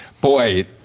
boy